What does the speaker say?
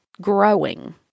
growing